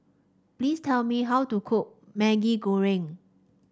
please tell me how to cook Maggi Goreng